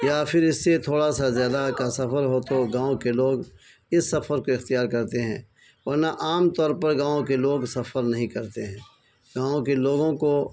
یا پھر اس سے تھوڑا سا زیادہ کا سفر ہو تو گاؤں کے لوگ اس سفر کو اختیار کرتے ہیں ورنہ عام طور پر گاؤں کے لوگ سفر نہیں کرتے ہیں گاؤں کے لوگوں کو